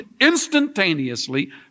instantaneously